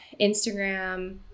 Instagram